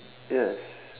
yes